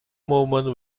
moment